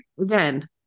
again